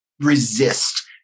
resist